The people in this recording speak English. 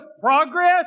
progress